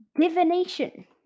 Divination